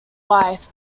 wife